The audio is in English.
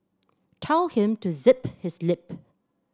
tell him to zip his lip